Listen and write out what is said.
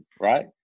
right